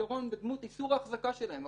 פיתרון בדמות איסור ההחזקה בהם.